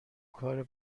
کار